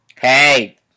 Hey